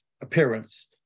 appearance